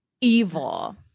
evil